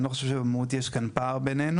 אני לא חושב שבמהות יש כאן פער בינינו.